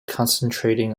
concentrating